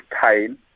time